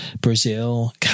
Brazil